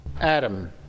Adam